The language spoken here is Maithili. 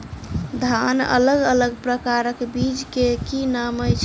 धान अलग अलग प्रकारक बीज केँ की नाम अछि?